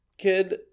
kid